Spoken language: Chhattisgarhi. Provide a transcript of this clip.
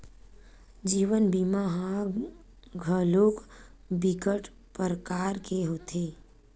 जीवन बीमा ह घलोक बिकट परकार के होथे